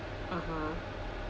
(uh huh)